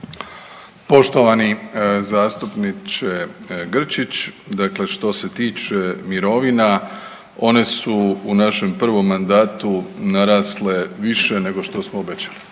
Poštovani zastupniče Grčić, dakle što se tiče mirovina one su u našem prvom mandatu narasle više nego što smo obećali.